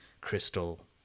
crystal